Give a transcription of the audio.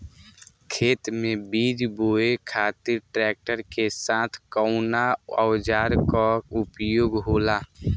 खेत में बीज बोए खातिर ट्रैक्टर के साथ कउना औजार क उपयोग होला?